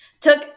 took